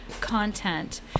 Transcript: content